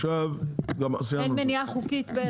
עכשיו סיימנו --- אין מניעה חוקית.